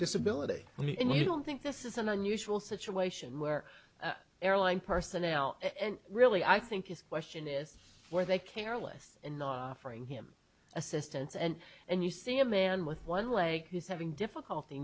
disability i mean you don't think this is an unusual situation where airline personnel and really i think is question is were they careless in not offering him assistance and and you see a man with one leg who's having difficulty